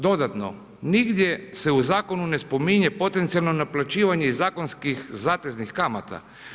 Dodatno, nigdje se u zakonu ne spominje potencijalno naplaćivanje i zakonskih zateznih kamata.